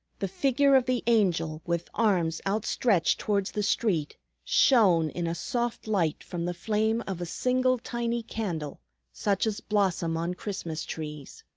the figure of the angel with arms outstretched towards the street shone in a soft light from the flame of a single tiny candle such as blossom on christmas trees.